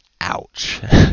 ouch